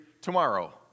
tomorrow